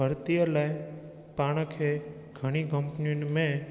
भर्तीअ लाइ पाण खे घणी कंपनियुनि में